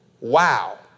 Wow